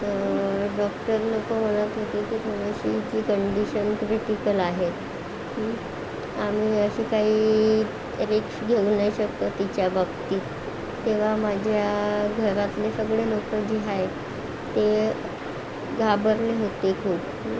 doctor लोक म्हणत होते की थोडीशी हिची कंडिशन क्रिटिकल आहे आम्ही अशी काही रिक्स घेऊ नाही शकत तिच्याबाबतीत तेव्हा माझ्या घरातले सगळे लोक जे आहेत ते घाबरले होते खूप